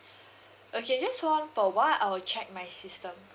okay just hold on for a while I will check my system